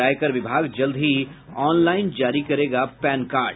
और आयकर विभाग जल्द ही ऑनलाईन जारी करेगा पैन कार्ड